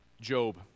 Job